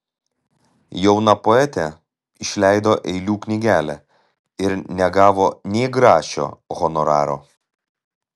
jauna poetė išleido eilių knygelę ir negavo nė grašio honoraro